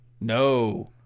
No